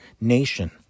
nation